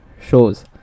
shows